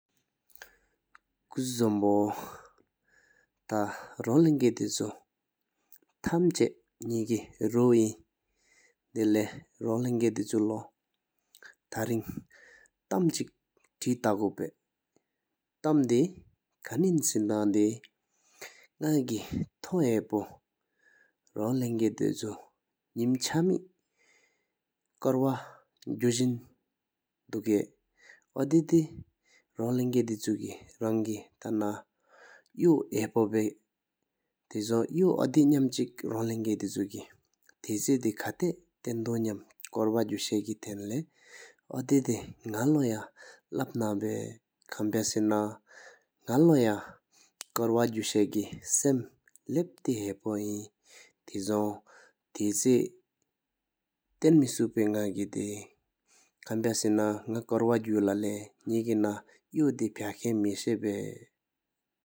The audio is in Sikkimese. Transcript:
ཀུ་ཟུ་བྱང་པོ་ཐ་རོང་ལྷན་དགའ་ལྡེ་ཆུ་ཐམ་ཆ་ནག་ཀེ་རོ་ཨིན། དེ་ལེ་རོང་ལྷན་དགའ་ལྡེ་ཆུ་ལོ་ཐ་རིང་ཐམ་གཅིག་ཐེ་ཐ་གོ་དཔེ། ཐམ་དེ་ཁན་ཨིན་སེ་ན་དེ་ནག་ཀེ་ཐོང་དེ་ཧ་ཕོ་ལྷན་དགའ་ལྡེ་ཆུ་སྙིམ་ཆེམས་སྐོར་ལྷ་དགུ་ཟིང་དུཀ། ཨོ་དེ་དེ་རོང་ལྷན་དགའ་ལྡེ་ཆུ་ཀེ་རང་ཀེ་ཐ་ན་ཡོ་ཧ་ཕོ་བོ་ད་གཟོང་ཡོ་ཨོ་དེ་ནམ་གཅིག་རོང་ལྷན་དགའ་ལྡེ་ཆུ་ཀེ་ཐེ་ཆེ་དེ་ཁ་ཐེ། ཐན་དུ་ནམ་སྐོར་ལྷ་དགུ་ཤ་སྐེ་ཐན་ལེ། ཨོ་དེ་དེ་ནག་ལོ་ཡང་ལབ་ན་བ། ཁན་པ་སེ་ན་ནག་ལོ་ཡང་སྐོར་ལྷ་དགུ་ཤེ་སམ་ལབ་ཏེ་ཧ་ཕོ་ཨིན། ཐེ་སོང་ཐེ་ཆེ་ཏེན་མེ་སུ་དཔེ་ནག་ཀེ་དེ། ཁན་པ་སེ་ན་ནག་གུ་ལེ་པ་ནག་ན་ཡོ་དེ་ཕ་ཁན་མ་ཤེ་བེ།